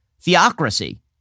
theocracy